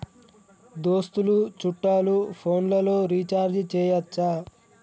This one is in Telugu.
దోస్తులు చుట్టాలు ఫోన్లలో రీఛార్జి చేయచ్చా?